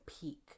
peak